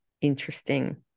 Interesting